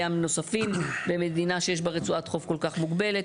ים נוספים במדינה שיש בה רצועת חוף כל כך מוגבלת.